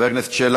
חבר הכנסת שלח,